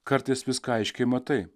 kartais viską aiškiai matai